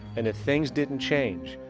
and if things didn't change,